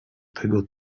tego